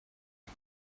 you